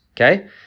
okay